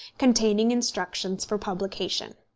containing instructions for publication.